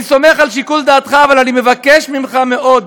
אני סומך על שיקול דעתך, אבל אני מבקש ממך מאוד